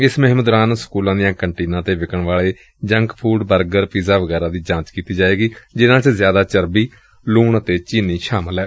ਇਸ ਮੁਹਿੰਮ ਦੌਰਾਨ ਸਕੂਲਾਂ ਦੀਆਂ ਕੰਟੀਨਾਂ ਤੇ ਵਿਕਣ ਵਾਲੇ ਜੰਕ ਫੂਡ ਬਰਗਰ ਪਿਜ਼ਾ ਵਗੈਰਾ ਦੀ ਜਾਂਚ ਕੀਤੀ ਜਾਏਗੀ ਜਿਨ੍ਹਾਂ ਚ ਜ਼ਿਆਦਾ ਚਰਬੀ ਲੂਣ ਅਤੇ ਚੀਨੀ ਸ਼ਾਮਲ ਏ